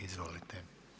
Izvolite.